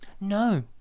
No